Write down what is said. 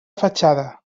fatxada